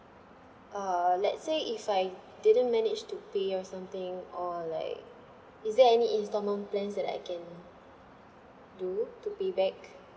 uh let's say if I didn't manage to pay or something or like is there any instalment plans that I can do to pay back